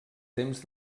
temps